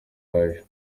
yaje